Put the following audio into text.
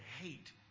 hate